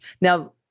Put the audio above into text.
Now